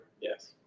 Yes